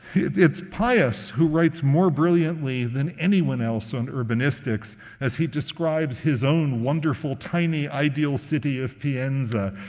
it's pius who writes more brilliantly than anyone else on urbanistics as he describes his own wonderful, tiny, ideal city of pienza,